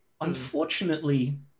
Unfortunately